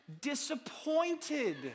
disappointed